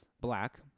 black